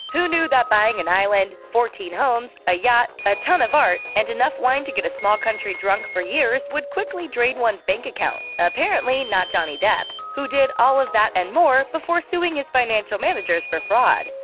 who knew that buying an island, fourteen homes, a yacht, a ton of art, and enough wine to get a small country drunk for years would quickly drain one's bank account? apparently, not johnny depp, who did all of that and more before suing his financial managers for fraud.